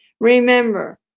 Remember